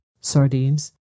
sardines